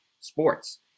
sports